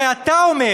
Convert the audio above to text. הרי אתה אומר: